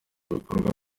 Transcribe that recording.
bikorwa